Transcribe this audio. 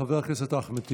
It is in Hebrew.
חבר הכנסת אחמד טיבי.